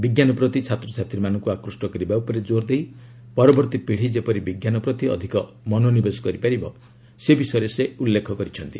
ବିଞ୍ଜାନ ପ୍ରତି ଛାତ୍ଛାତ୍ୱୀମାନଙ୍କୁ ଆକୃଷ୍ଟ କରିବା ଉପରେ କୋର୍ ଦେଇ ପରବର୍ତ୍ତୀ ପିଢ଼ୀ ଯେପରି ବିଜ୍ଞାନ ପ୍ରତି ଅଧିକ ମନୋନିବେଶ କରିପାରିବ ସେ ବିଷୟରେ ସେ ଉଲ୍ଲେଖ କରିଛନ୍ତି